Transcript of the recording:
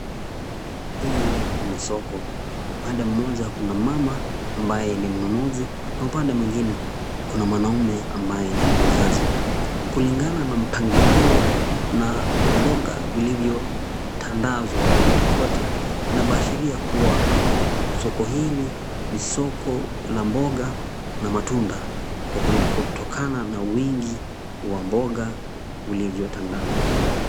Hii ni soko. Upande mmoja kuna mama ambaye ni mnunuzi na upande mwingine kuna mwanaume ambaye ni muuzaji. Kulingana na mpangilio na mboga vilivyotandazwa kote kote inabashiria kuwa soko hili ni soko la mboga na matunda kwa kutokana na wingi wa mboga ulivyotandazwa.